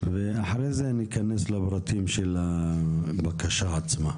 ואחרי זה ניכנס לפרטים של הבקשה עצמה.